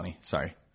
Sorry